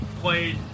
played